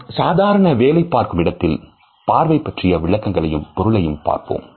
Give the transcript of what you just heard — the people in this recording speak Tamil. நாம் சாதாரண வேலை பார்க்கும் இடத்தில் பார்வை பற்றிய விளக்கங்களையும் பொருளையும் பார்ப்போம்